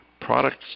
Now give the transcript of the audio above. products